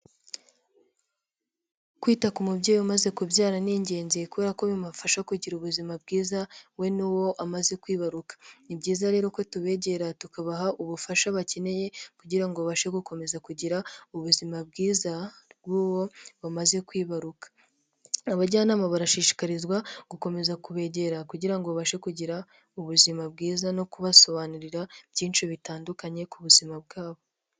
Kwita ku mubyeyi umaze kubyara ni ingenzi kubera ko bimufasha kugira ubuzima bwiza we n'uwo amaze kwibaruka, ni byiza rero ko tubegera tukabaha ubufasha bakeneye kugira ngo abashe gukomeza kugira ubuzima bwiza bw'uwo bamaze kwibaruka. Abajyanama barashishikarizwa gukomeza kubegera kugira ngo babashe kugira ubuzima bwiza no kubasobanurira byinshi bitandukanye ku buzima bwabo.